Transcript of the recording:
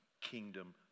kingdom